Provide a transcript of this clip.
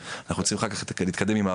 אנחנו צריכים אחר כך להתקדם עם משכנתאות,